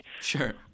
Sure